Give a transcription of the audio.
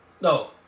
No